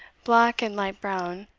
black and light brown,